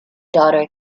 daughter